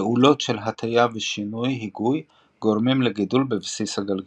פעולות של הטיה ושינויי היגוי גורמים לגידול בבסיס הגלגלים.